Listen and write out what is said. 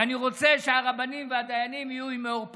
ואני רוצה שהרבנים והדיינים יהיו עם מאור פנים.